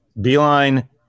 beeline